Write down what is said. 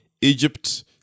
Egypt